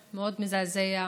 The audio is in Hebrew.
מזעזע,